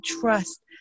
trust